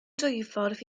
dwyffordd